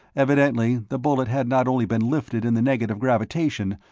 evidently the bullet had not only been lifted in the negative gravitation,